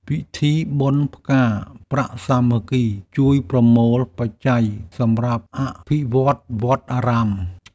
ពិធីបុណ្យផ្កាប្រាក់សាមគ្គី ជួយប្រមូលបច្ច័យសម្រាប់អភិវឌ្ឍវត្តអារាម។